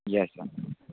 yes sir